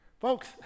Folks